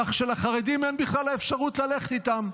כך שלחרדים אין בכלל אפשרות ללכת איתם.